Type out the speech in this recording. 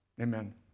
Amen